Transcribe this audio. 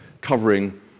covering